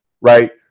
right